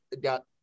got